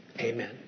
Amen